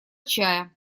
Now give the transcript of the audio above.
чая